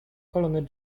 colonel